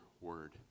word